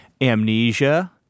Amnesia